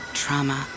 trauma